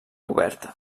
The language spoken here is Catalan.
coberta